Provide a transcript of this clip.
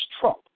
trump